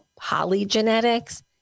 polygenetics